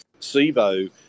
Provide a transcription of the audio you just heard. Sivo